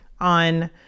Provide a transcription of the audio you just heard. on